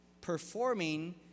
performing